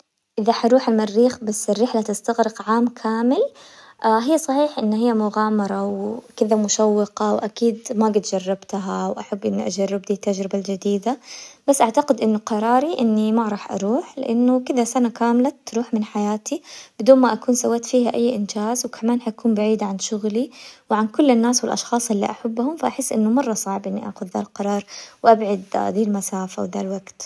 اذا حروح المريخ بس الرحلة تستغرق عام كامل، هي صحيح ان هي مغامرة وكذا مشوقة، واكيد ما قد جربتها واحب اني اجرب دي التجربة الجديدة، بس اعتقد انه قراري اني ما راح اروح لانه كذا سنة كاملة تروح من حياتي بدون ما اكون سويت فيها اي انجاز، وكمان حكون بعيد عن شغلي، وعن كل الناس والاشخاص اللي احبهم، فاحس انه مرة صعب اني اخذ ذا القرار، وابعد ذي المسافة وذا الوقت.